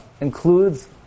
includes